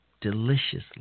deliciously